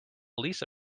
lisa